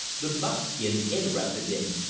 the buckskin interested him.